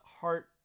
heart